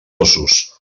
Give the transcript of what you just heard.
ossos